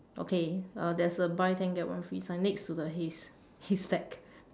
okay uh there's a buy ten get one free sign next to the hays haystack